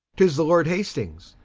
tis the lord hastings,